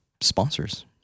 sponsors